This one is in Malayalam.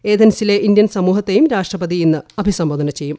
ഏദൻസിലെ ഇന്തൃൻ സമൂഹത്തേയും രാഷ്ട്രപതി ഇന്ന് അഭിസംബോധന ചെയ്യും